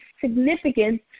significance